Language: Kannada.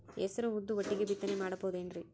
ಹೆಸರು ಉದ್ದು ಒಟ್ಟಿಗೆ ಬಿತ್ತನೆ ಮಾಡಬೋದೇನ್ರಿ?